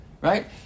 right